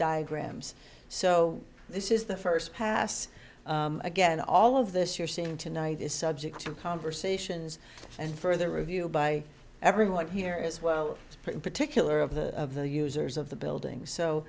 diagrams so this is the first pass again all of this you're seeing tonight is subject to conversations and further review by everyone here as well as particular of the of the users of the building so